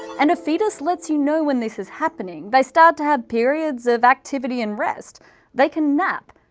and a fetus lets you know when this is happening. they start to have periods of activity and rest they can nap!